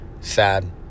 sad